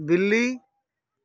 बिल्ली